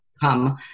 come